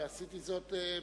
עשיתי זאת מטעמך.